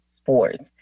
sports